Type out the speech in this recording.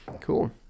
Cool